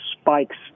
spikes